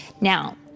Now